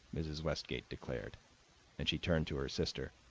mrs. westgate declared and she turned to her sister.